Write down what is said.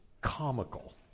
comical